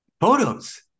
Photos